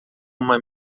uma